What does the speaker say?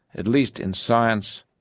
at least in science,